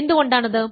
എന്തുകൊണ്ടാണത്